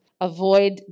avoid